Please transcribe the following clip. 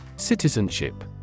Citizenship